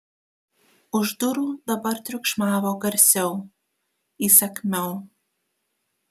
už durų dabar triukšmavo garsiau įsakmiau